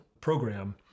program